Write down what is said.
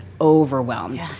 overwhelmed